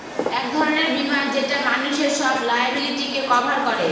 এক ধরনের বীমা যেটা মানুষের সব লায়াবিলিটিকে কভার করে